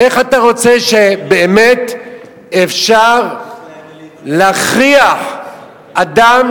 איך אתה רוצה שבאמת יהיה אפשר להכריח אדם